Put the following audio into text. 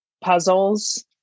puzzles